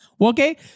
Okay